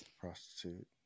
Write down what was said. prostitute